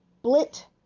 Split